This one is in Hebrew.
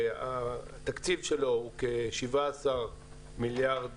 התקציב שלו הוא כ-17 מיליארד